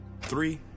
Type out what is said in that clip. three